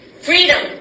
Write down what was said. freedom